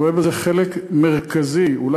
אני רואה בזה חלק מרכזי בשיקומם,